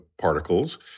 particles